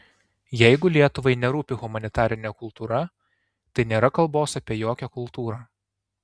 jeigu lietuvai nerūpi humanitarinė kultūra tai nėra kalbos apie jokią kultūrą